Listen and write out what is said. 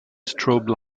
strobe